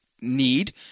need